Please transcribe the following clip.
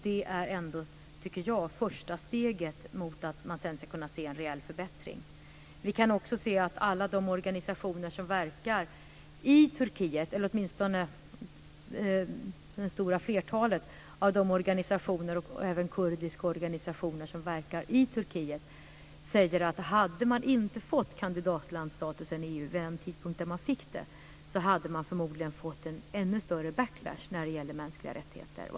Det är ändå första steget mot att sedan se en reell förbättring. Vi kan också se att det stora flertalet av alla de organisationer - även kurdiska organisationer - som verkar i Turkiet säger att om Turkiet inte hade fått kandidatlandsstatus i EU vid den tidpunkt som landet fick det hade det förmodligen blivit en ännu större backlash när det gäller mänskliga rättigheter.